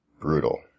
Brutal